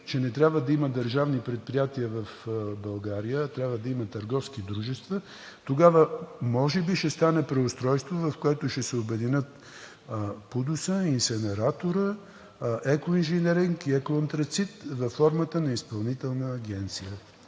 че не трябва да има държавни предприятия в България, а трябва да има търговски дружества, тогава може би ще стане преустройство, в което ще се обединят ПУДООС, Инсенератор, „Екоинженеринг-РМ“ и „Еко Антрацит“ във формата на изпълнителна агенция,